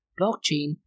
blockchain